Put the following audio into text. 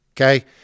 Okay